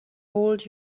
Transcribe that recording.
hold